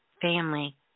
family